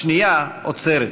השנייה עוצרת,